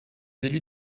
élus